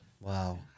wow